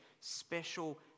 special